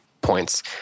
points